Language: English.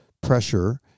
pressure